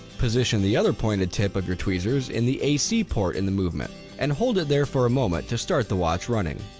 position the other pointed tip of your tweezers in the ac port in the movement and hold it there for a moment to start the watch running.